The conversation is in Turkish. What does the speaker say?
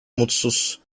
mutsuz